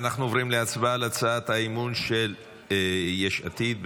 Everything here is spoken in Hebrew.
אנחנו עוברים להצבעה על הצעת האי-אמון של יש עתיד.